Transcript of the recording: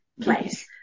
place